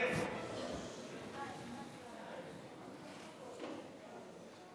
הכנסת מכבדים בקימה את זכרו של חבר הכנסת לשעבר ישראל